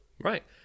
Right